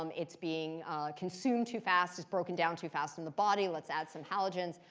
um it's being consumed too fast. it's broken down too fast in the body. let's add some halogens.